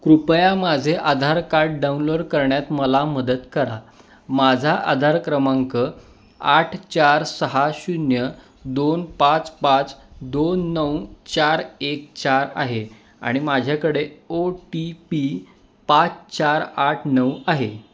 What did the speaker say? कृपया माझे Aadhaar card download करण्यात मला मदत करा माझा आधार क्रमांक आठ चार सहा शून्य दोन पाच पाच दोन नऊ चार एक चार आहे आणि माझ्याकडे ओ टी पी पाच चार आठ नऊ आहे